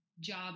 job